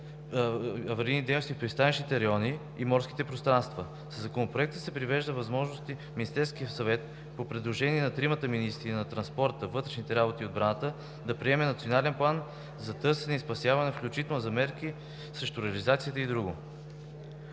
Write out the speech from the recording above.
аварийни дейности в пристанищните райони и морските пространства. Със Законопроекта се предвижда възможност Министерският съвет, по предложение на трима министри – на транспорта, вътрешните работи и отбраната, да приеме национален план за търсене и спасяване, включително за мерки срещу разливи и други.